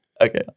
Okay